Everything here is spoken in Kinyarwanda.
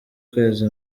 ukwezi